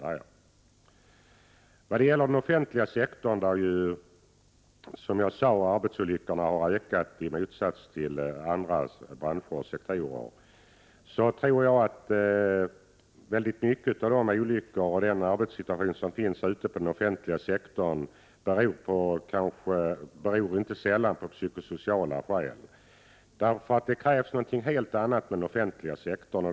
Som jag sade har arbetsolyckorna på den offentliga sektorn ökat, i motsats till andra branscher och sektorer. Jag tror att dessa olyckor inte sällan beror på en dålig arbetssituation och psykosociala faktorer.